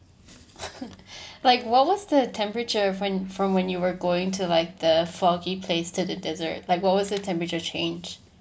like what was the temperature when from when you were going to like the foggy place to the dessert like what was the temperature change